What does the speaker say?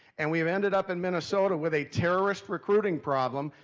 and we've ended up in minnesota with a terrorist recruiting problem,